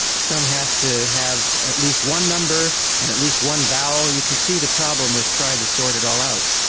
some have to have at least one number and at least one vowel. you can see the problem with trying to sort it all out.